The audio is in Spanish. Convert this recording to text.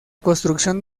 construcción